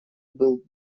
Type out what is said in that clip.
был